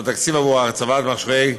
שהתקציב בעבור הצבת מכשירי,